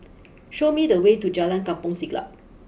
show me the way to Jalan Kampong Siglap